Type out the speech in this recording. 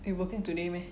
you working today meh